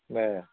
बरं